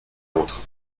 entre